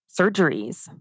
surgeries